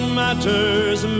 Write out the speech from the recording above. matters